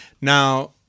Now